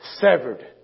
severed